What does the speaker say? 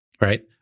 right